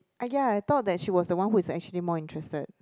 ah ya I thought that she was the one who's actually more interested